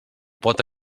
pot